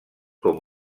com